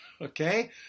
okay